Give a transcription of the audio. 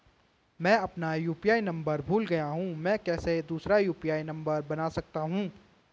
मैं अपना UPI number भूल गया हूँ मैं कैसे दूसरा यु.पी.आई नम्बर बना सकता हूँ?